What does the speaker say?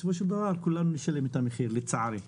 בסופו של דבר כולנו נשלם את המחיר לצערי.